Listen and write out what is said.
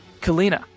Kalina